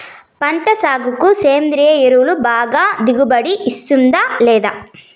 పంట సాగుకు సేంద్రియ ఎరువు బాగా దిగుబడి ఇస్తుందా లేదా